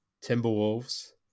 Timberwolves